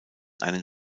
einen